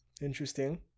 interesting